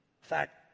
fact